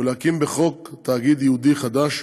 ולהקים בחוק תאגיד ייעודי חדש,